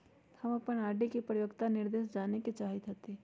हम अपन आर.डी के परिपक्वता निर्देश जाने के चाहईत हती